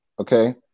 okay